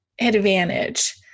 advantage